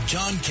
John